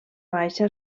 baixa